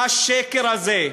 מה השקר הזה?